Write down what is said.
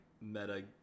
meta